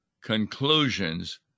conclusions